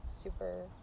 super